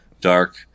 dark